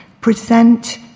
present